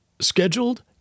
scheduled